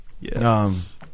Yes